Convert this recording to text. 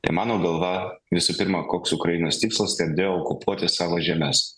tai mano galva visų pirma koks ukrainos tikslas tai deokupuoti savo žemes